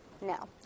No